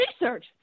research